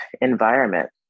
environment